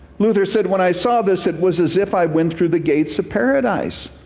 luther said, when i saw this it was as if i went through the gates of paradise.